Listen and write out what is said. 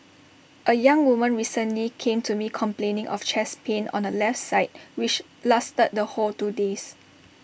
A young woman recently came to me complaining of chest pain on the left side which lasted the whole two days